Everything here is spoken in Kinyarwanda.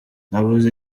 nabuze